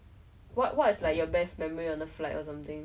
so like !wah! so poor thing like